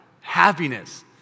Happiness